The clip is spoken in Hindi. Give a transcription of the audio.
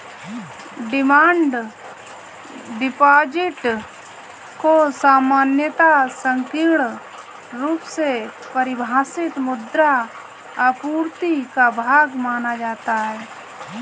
डिमांड डिपॉजिट को सामान्यतः संकीर्ण रुप से परिभाषित मुद्रा आपूर्ति का भाग माना जाता है